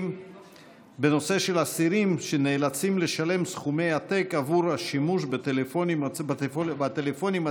על אסירים שנאלצים לשלם סכומי עתק עבור השימוש בטלפונים הציבוריים